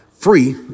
Free